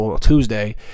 Tuesday